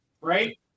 right